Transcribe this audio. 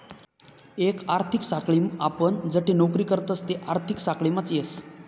एक आर्थिक साखळीम आपण जठे नौकरी करतस ते आर्थिक साखळीमाच येस